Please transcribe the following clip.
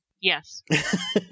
Yes